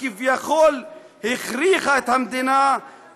הכסף הזה נשאר בידן.